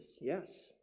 yes